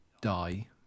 die